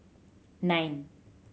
nine